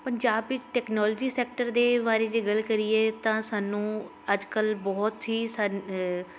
ਪੰਜਾਬ ਵਿੱਚ technology sector ਦੇ ਬਾਰੇ ਜੇ ਗੱਲ ਕਰੀਏ ਤਾਂ ਸਾਨੂੰ ਅੱਜ ਕੱਲ੍ਹ ਬਹੁਤ ਹੀ ਸਾ